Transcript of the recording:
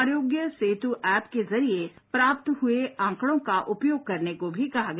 आरोग्य सेतु ऐप के जरिए प्राप्त हुए आंकड़ों का उपयोग करने को भी कहा गया